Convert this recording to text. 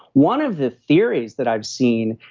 one of the theories that i've seen,